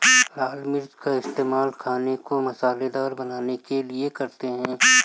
लाल मिर्च का इस्तेमाल खाने को मसालेदार बनाने के लिए करते हैं